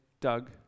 Doug